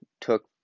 took